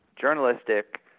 journalistic